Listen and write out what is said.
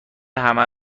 همه